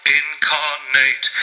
incarnate